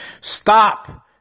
Stop